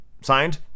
signed